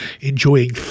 enjoying